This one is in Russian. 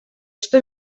что